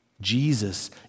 Jesus